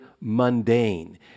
mundane